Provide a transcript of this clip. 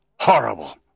horrible